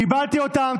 קיבלתי אותם.